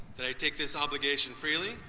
that i take this obligation freely